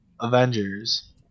Avengers